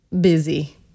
busy